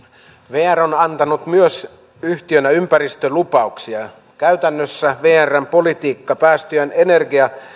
vr on antanut yhtiönä myös ympäristölupauksia käytännössä vrn politiikka päästöjen